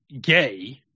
gay